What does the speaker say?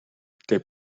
they